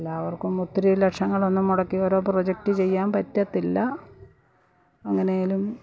എല്ലാവർക്കും ഒത്തിരി ലക്ഷങ്ങളൊന്നും മുടക്കി ഓരോ പ്രോജെക്റ്റ് ചെയ്യാൻ പറ്റത്തില്ല അങ്ങനേലും